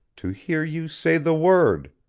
to hear you say the word,